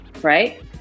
right